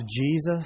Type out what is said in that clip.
Jesus